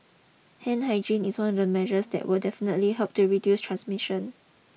hand hygiene is one of the measures that will definitely help to reduce transmission